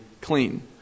clean